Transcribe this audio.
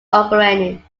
ukrainian